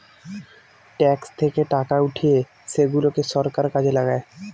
tax থেকে টাকা উঠিয়ে সেগুলাকে সরকার কাজে লাগায়